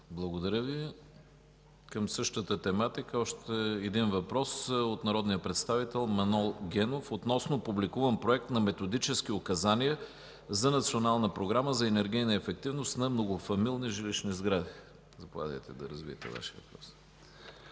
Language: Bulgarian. Благодаря Ви. Към същата тематика има още един въпрос от народния представител Манол Генов относно публикуван Проект на Методически указания за Национална програма за енергийна ефективност на многофамилни жилищни сгради. Заповядайте да развитие Вашия въпрос.